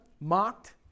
mocked